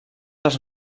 dels